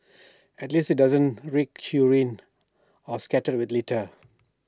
at least IT doesn't reek or scattered with litter